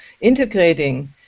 integrating